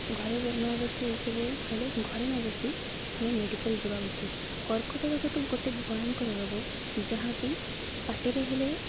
ଘରେ ନ ବସି ଏହିସବୁ ହେଲେ ଘରେ ନ ବସି ଆମେ ମେଡ଼ିକାଲ ଯିବା ଉଚିତ କର୍କଟ ରୋଗ ତ ଗୋଟେ ଭୟଙ୍କର ରୋଗ ଯାହାକି ପାଟିରେ ହେଲେ